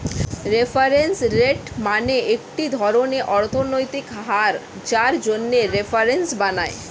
reference rate মানে একটি ধরনের অর্থনৈতিক হার যার জন্য রেফারেন্স বানায়